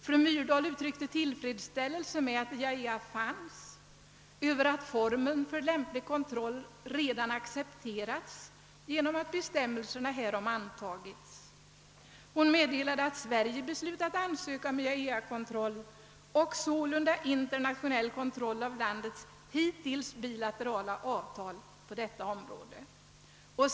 Fru Myrdal uttryckte tillfredsställelse med att IAEA fanns och över att formen för lämplig kontroll redan accepterats genom att bestämmelserna härom antagits. Hon meddelade att Sverige beslutat ansöka om IAEA-kontroll — sålunda internationell kontroll — av landets hittills bilaterala avtal på detta område.